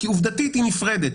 כי עובדתית היא נפרדת.